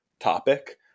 topic